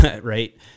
Right